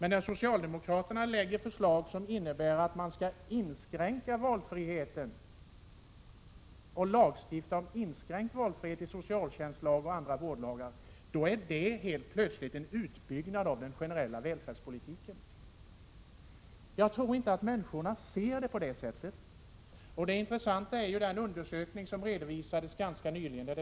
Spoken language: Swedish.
När socialdemokraterna däremot lägger fram förslag som innebär att valfriheten skall inskränkas och att man skall lagstifta om inskränkt valfrihet när det gäller socialtjänstlagen och andra vårdlagar, är det helt plötsligt fråga om en utbyggnad av den generella välfärdspolitiken! Jag tror inte att människorna ser saken på det sättet. Intressant i sammanhanget är den undersökning som redovisades ganska nyligen.